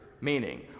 meaning